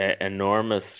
enormous